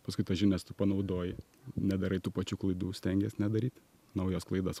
paskui tas žinias tu panaudoji nedarai tų pačių klaidų stengies nedaryti naujos klaidos